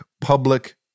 public